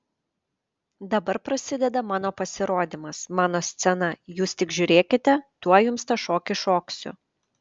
dabar prasideda mano pasirodymas mano scena jūs tik žiūrėkite tuoj jums tą šokį šoksiu